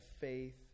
faith